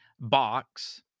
box